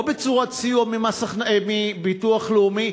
או בצורת סיוע מביטוח לאומי,